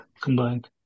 combined